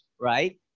right